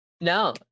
No